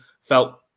felt